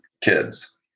kids